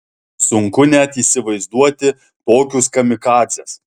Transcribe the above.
sunku net įsivaizduoti tokius kamikadzes